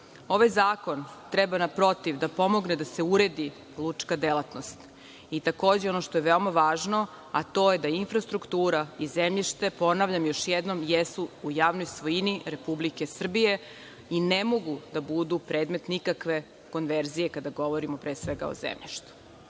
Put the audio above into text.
toga. Ovaj zakon treba, naprotiv, da pomogne da se uredi lučka delatnost. Takođe, ono što je veoma važno, a to je da infrastruktura, zemljište, ponavljam još jednom, jesu u javnoj svojini Republike Srbije i ne mogu da budu predmet nikakve konverzije kada govorimo, pre svega, o zemljištu.